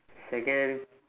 second